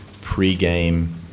pre-game